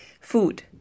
Food